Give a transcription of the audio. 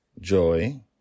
Joy